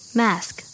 mask